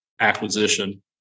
acquisition